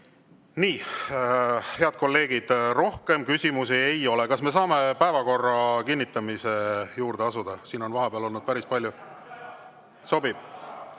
Nii, head kolleegid, rohkem küsimusi ei ole. Kas me saame asuda päevakorra kinnitamise juurde? Siin on vahepeal olnud päris palju …